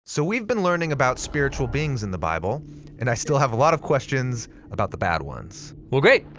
so, we have been learning about spiritual beings in the bible and i still have a lot of questions about the bad ones. well, great.